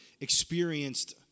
experienced